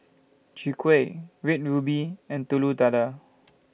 Chwee Kueh Red Ruby and Telur Dadah